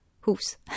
hooves